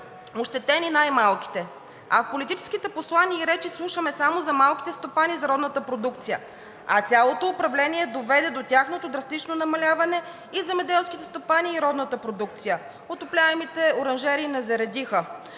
ощетени най-малките, а политическите послания и речи слушаме само за малките стопани, за родната продукция, а цялото управление доведе до тяхното драстично намаляване и земеделските стопани, и родната продукция. Отопляемите оранжерии не заредиха,